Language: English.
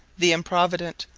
the improvident,